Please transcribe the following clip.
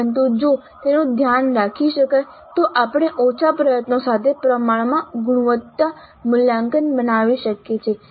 પરંતુ જો તેનું ધ્યાન રાખી શકાય તો આપણે ઓછા પ્રયત્નો સાથે પ્રમાણમાં ગુણવત્તા મૂલ્યાંકન બનાવી શકીએ છીએ